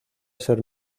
ser